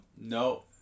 no